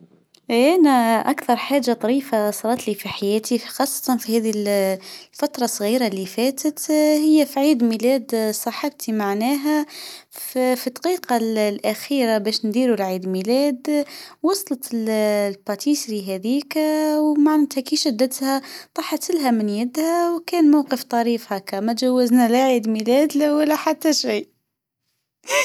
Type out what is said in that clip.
أنا أكثر حاجه طريفة صارت لي في حياتي خاصةً في هذه الفتره لصغيره إللي فاتت هي في عيد ميلاد صاحبتي معناها في دقيقة الأخيره بش نديروا العيد ميلاد وصلت الباتيسري هذيك ومعندهكيش ادتها تحطلة من يدها وكان موقف طريف هكا ماتجوزنا العيد الميلاد ولا حتي شوي.